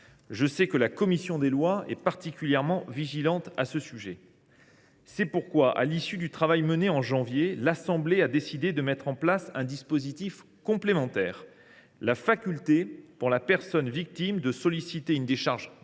Je sais que la commission des lois est particulièrement vigilante sur ce point. C’est pourquoi, à l’issue du travail mené en janvier, l’Assemblée nationale a décidé de mettre en place un dispositif complémentaire : la faculté pour la personne victime de solliciter une décharge gracieuse